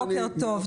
בוקר טוב,